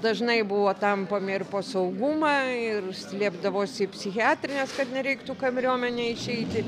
dažnai buvo tampomi ir po saugumą ir slėpdavosi į psichiatrines kad nereiktų kamriuomenę išeiti